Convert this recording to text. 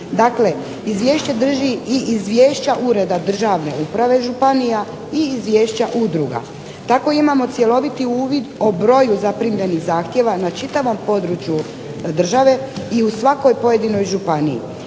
izvješće drži i izvješća ureda državne uprave županija i izvješća udruga. Tako imamo cjeloviti uvid o broju zaprimljenih zahtjeva na čitavom području države, i u svakoj pojedinoj županiji.